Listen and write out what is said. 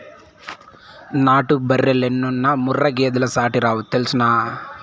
నాటు బర్రెలెన్నున్నా ముర్రా గేదెలు సాటేరావు తెల్సునా